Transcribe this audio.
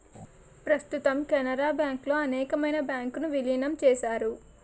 ప్రస్తుతం కెనరా బ్యాంకులో అనేకమైన బ్యాంకు ను విలీనం చేశారు